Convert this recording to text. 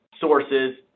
sources